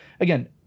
again